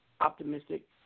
optimistic